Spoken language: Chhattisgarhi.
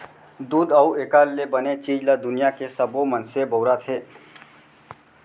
दूद अउ एकर ले बने चीज ल दुनियां के सबो मनसे बउरत हें